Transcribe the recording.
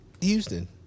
Houston